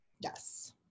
Yes